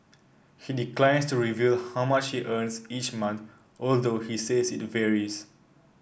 he declines to reveal how much he earns each month although he says it varies